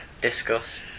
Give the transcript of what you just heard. Discuss